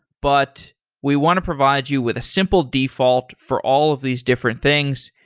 but we want to provide you with a simple default for all of these different things,